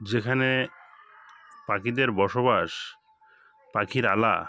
যেখানে পাখিদের বসবাস পাখিরালা